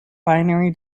binary